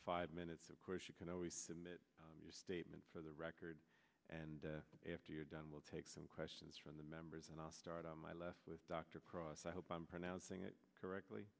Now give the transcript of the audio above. five minutes of course you can always submit your statement for the record and after you're done we'll take some questions from the members and i'll start on my left with dr cross i hope i'm pronouncing it correctly